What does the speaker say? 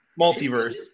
Multiverse